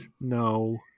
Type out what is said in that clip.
no